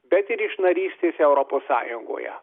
bet ir iš narystės europos sąjungoje